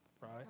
Right